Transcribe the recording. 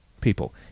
people